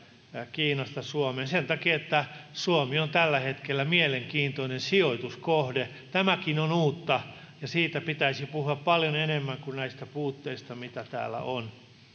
kiinasta suomeen sen takia että suomi on tällä hetkellä mielenkiintoinen sijoituskohde tämäkin on uutta ja siitä pitäisi puhua paljon enemmän kuin näistä puutteista mitä täällä on